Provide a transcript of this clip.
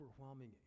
overwhelming